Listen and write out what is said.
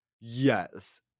Yes